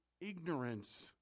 ignorance